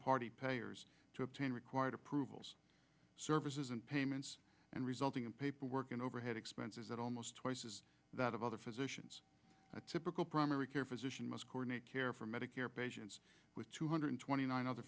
party payers to obtain required approvals services and payments and resulting in paperwork and overhead expenses that almost twice that of other physicians a typical primary care physician must coordinate care for medicare patients with two hundred twenty nine other